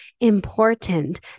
important